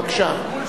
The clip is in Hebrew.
בבקשה.